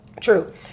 True